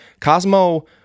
Cosmo